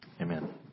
Amen